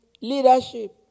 leadership